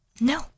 No